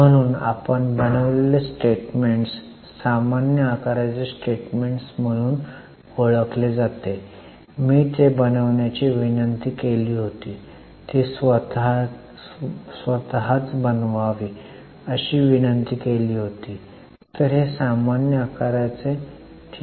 म्हणून आपण बनविलेले स्टेटमेंट्स सामान्य आकाराचे स्टेटमेंट्स म्हणून ओळखले जाते मी ते बनवण्याची विनंती केली होती ती स्वतःच बनवावी अशी विनंती केली होती तर हे सामान्य आकाराचे ठीक आहे